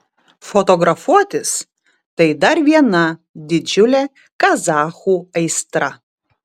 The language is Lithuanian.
fotografuotis tai dar viena didžiulė kazachų aistra